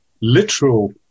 literal